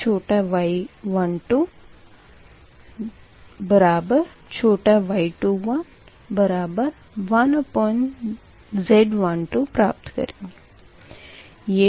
तो सबसे पहले छोटाy12small y211Z12 प्राप्त करेंगे